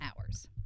hours